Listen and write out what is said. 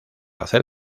hacer